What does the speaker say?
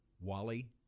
Wally